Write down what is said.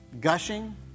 Gushing